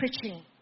preaching